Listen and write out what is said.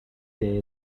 day